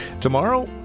Tomorrow